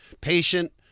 patient